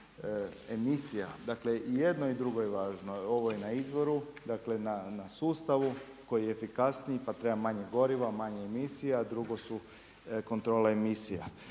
emisija. Dakle i jedno i drugo je važno, ovo je na izvoru na sustavu koji je efikasniji pa treba manje goriva, manje emisija, drugo su kontrole emisija.